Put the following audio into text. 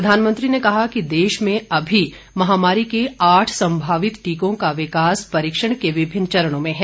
प्रधानमंत्री ने कहा कि देश में अभी महामारी के आठ संभावित टीकों का विकास परीक्षण के विभिन्न चरणों में है